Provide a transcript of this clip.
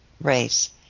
race